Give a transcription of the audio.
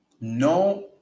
No